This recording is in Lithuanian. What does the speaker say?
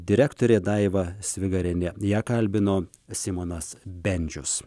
direktorė daiva svigarienė ją kalbino simonas bendžius